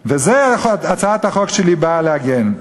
ועל זה הצעת החוק שלי באה להגן.